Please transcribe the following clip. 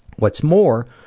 what's more,